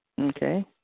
Okay